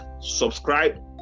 subscribe